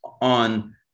on